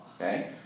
Okay